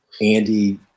Andy